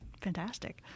fantastic